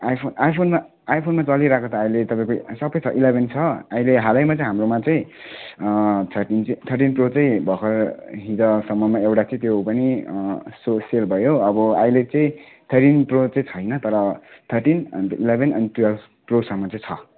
iPhone आइफोनमा आइफोनमा चलिरहेको त अहिले तपाईँको सबै छ इलेभेन छ अहिले हालैमा चाहिँ हाम्रोमा चाहिँ थर्टिन थर्टिन प्रो चाहिँ भर्खर हिजोसम्ममा एउटा थियो त्यो पनि सो सेल भयो अब अहिले चाहिँ थर्टिन ट्वेल्भ चाहिँ छैन तर थर्टिन अन्त इलेभेन अनि ट्वेल्भ प्रोसम्म चाहिँ छ